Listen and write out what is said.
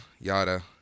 yada